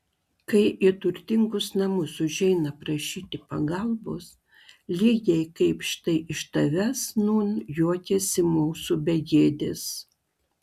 kai į turtingus namus užeina prašyti pagalbos lygiai kaip štai iš tavęs nūn juokiasi mūsų begėdės